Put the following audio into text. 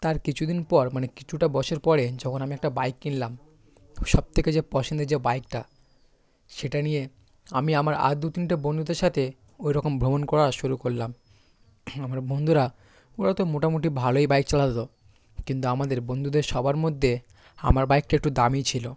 তার কিছু দিন পর মানে কিছুটা বছর পরে যখন আমি একটা বাইক কিনলাম সব থেকে যে পছন্দের যে বাইকটা সেটা নিয়ে আমি আমার আর দু তিনটা বন্ধুদের সাতে ওই রকম ভ্রমণ করা শুরু করলাম আমরা বন্দুরা ওরা তো মোটামোটি ভালোই বাইক চালাতো কিন্তু আমাদের বন্ধুদের সবার মধ্যে আমার বাইকটা একটু দামি ছিলো